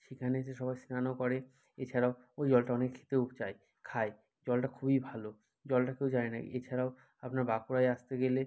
সেখানে এসে সবাই স্নানও করে এছাড়াও ওই জলটা অনেকে খেতেও চায় খায় জলটা খুবই ভালো জলটা কেউ জানে না এছাড়াও আপনার বাঁকুড়ায় আসতে গেলে